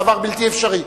הדבר בלתי אפשרי.